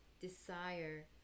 desire